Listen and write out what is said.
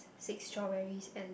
six strawberries and